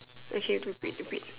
okay you look stupid